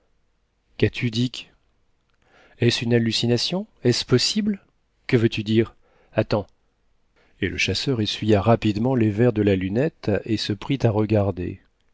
qu'as-tu dick est-ce une hallucination est-ce possible que veux-tu dire attends et le chasseur essuya rapidement les verres de la lunette et se prit à regarder